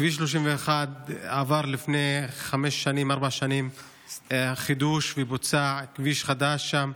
כביש 31 עבר לפני ארבע-חמש שנים חידוש ובוצע כביש חדש שם.